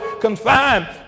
confined